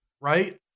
right